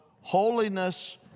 holiness